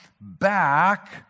back